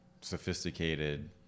sophisticated